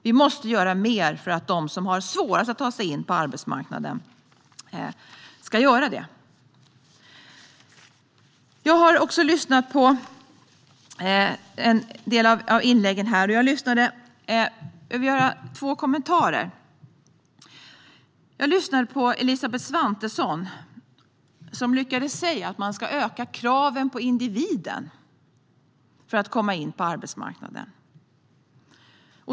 Vi måste göra mer för att de som har svårast att ta sig in på arbetsmarknaden ska göra det. Jag har två kommentarer. Jag lyssnade på Elisabeth Svantesson, som lyckades säga att man ska öka kraven på individen när det gäller att komma in på arbetsmarknaden.